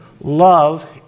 love